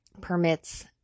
permits